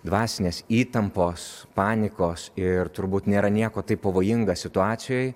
dvasinės įtampos panikos ir turbūt nėra nieko taip pavojinga situacijoj